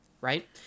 right